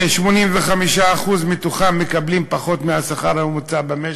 ש-85% מהם מקבלים פחות מהשכר הממוצע במשק?